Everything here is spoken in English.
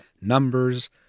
numbers